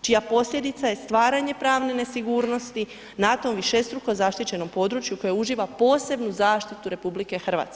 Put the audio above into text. čija posljedica je stvaranje pravne nesigurnosti na tom višestrukom zaštićenom području koje uživa posebnu zaštitu RH.